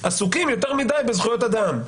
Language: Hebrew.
עסוקים יותר מדיי בזכויות אדם,